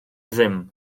ddim